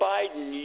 Biden